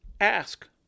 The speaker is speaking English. Ask